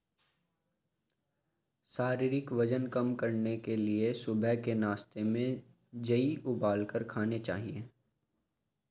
शारीरिक वजन कम करने के लिए सुबह के नाश्ते में जेई उबालकर खाने चाहिए